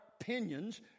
opinions